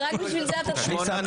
שמונה.